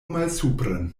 malsupren